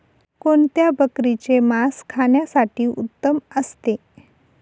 कोणत्या बकरीचे मास खाण्यासाठी उत्तम असते?